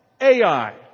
AI